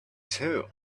too